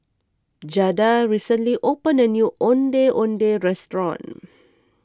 Jada recently opened a new Ondeh Ondeh restaurant